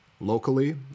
Locally